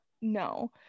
no